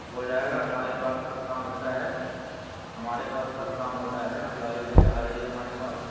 ہوجائے گا ہمارے پاس سب کام ہوتا ہے ہمارے پاس سب کام ہوتا ہے آپ گاڑی لے کے آ جائیے ہمارے پاس